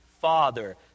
father